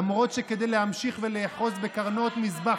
למרות שכדי להמשיך ולאחוז בקרנות מזבח